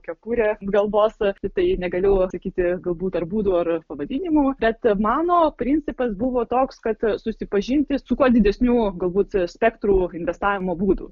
kepurę ant galvos tai negaliu atsakyti galbūt ar būdų ar pavadinimų bet mano principas buvo toks kad susipažinti su kuo didesniu galbūt spektru investavimo būdų